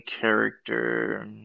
character